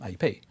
AP